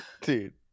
dude